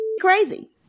crazy